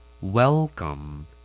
Welcome